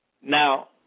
Now